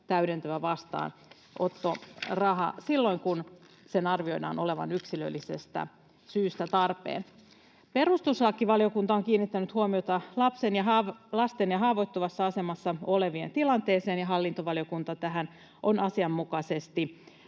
täydentävä vastaanottoraha silloin kun sen arvioidaan olevan yksilöllisestä syystä tarpeen. Perustuslakivaliokunta on kiinnittänyt huomiota lasten ja haavoittuvassa asemassa olevien tilanteeseen, ja hallintovaliokunta tähän on asianmukaisesti